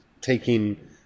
taking